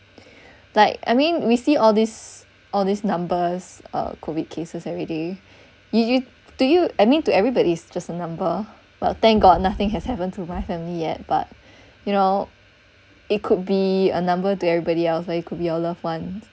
like I mean we see all these all these numbers uh COVID cases everyday you you do you I mean to everybody's just a number but thank god nothing has happen to my family yet but you know it could be a number to everybody else or it could be your loved one